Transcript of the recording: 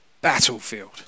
battlefield